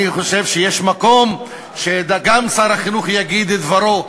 אני חושב שיש מקום שגם שר החינוך יגיד את דברו.